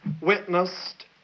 witnessed